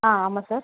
ஆ ஆமாம் சார்